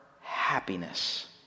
Happiness